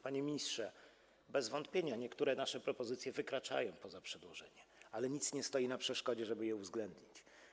Panie ministrze, bez wątpienia niektóre nasze propozycje wykraczają poza zakres przedłożenia, ale nic nie stoi na przeszkodzie, żeby je uwzględnić.